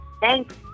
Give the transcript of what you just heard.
Thanks